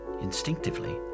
Instinctively